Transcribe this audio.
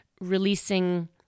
releasing